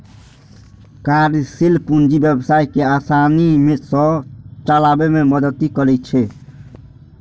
कार्यशील पूंजी व्यवसाय कें आसानी सं चलाबै मे मदति करै छै